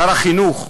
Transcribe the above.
שר החינוך,